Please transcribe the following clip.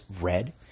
red